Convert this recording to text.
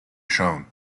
shown